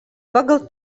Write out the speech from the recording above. pagal